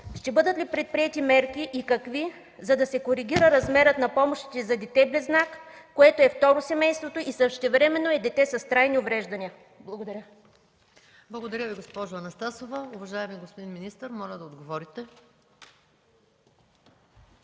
ще бъдат ли предприети мерки и какви, за да се коригира размерът на помощите за дете-близнак, което е второ в семейството и същевременно е дете с трайни увреждания? Благодаря. ПРЕДСЕДАТЕЛ МАЯ МАНОЛОВА: Благодаря Ви, госпожо Анастасова. Уважаеми господин министър, моля да отговорите.